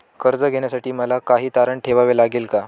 कर्ज घेण्यासाठी मला काही तारण ठेवावे लागेल का?